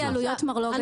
הם